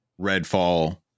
Redfall